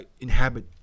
inhabit